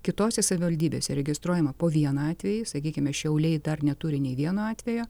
kitose savivaldybėse registruojama po vieną atvejį sakykime šiauliai dar neturi nei vieno atvejo